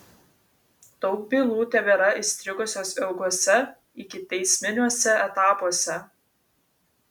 daug bylų tebėra įstrigusios ilguose ikiteisminiuose etapuose